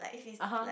(uh huh)